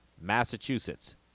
Massachusetts